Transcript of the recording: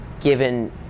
given